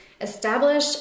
establish